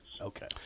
Okay